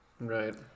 Right